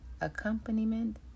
accompaniment